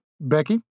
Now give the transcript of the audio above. Becky